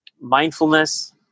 mindfulness